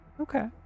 Okay